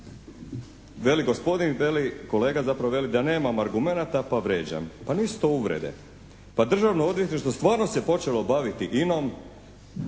veli gospodin veli, kolega zapravo veli da nemamo argumenata pa vrijeđam. Pa nisu to uvrede. Pa Državno odvjetništvo stvarno se počelo baviti